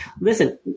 listen